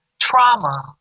Trauma